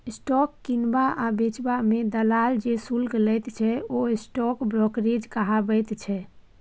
stock किनबा आ बेचबा मे दलाल जे शुल्क लैत छै ओ स्टॉक ब्रोकरेज कहाबैत छै